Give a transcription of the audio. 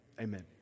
Amen